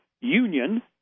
Union